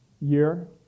year